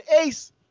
Ace